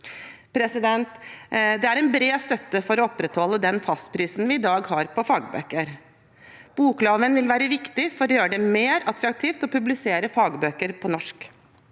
Det er bred støtte for å opprettholde den fastprisen vi i dag har på fagbøker. Bokloven vil være viktig for å gjøre det mer attraktivt å publisere fagbøker på norsk.